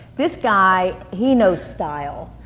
this guy, he knows style.